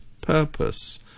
purpose